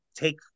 take